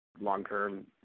long-term